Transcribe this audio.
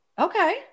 Okay